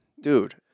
Dude